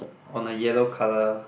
on a yellow color